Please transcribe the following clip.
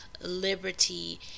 liberty